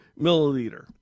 milliliter